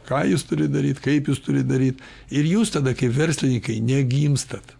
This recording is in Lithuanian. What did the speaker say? ką jūs turit daryt kaip jūs turit daryt ir jūs tada kaip verslininkai negimstat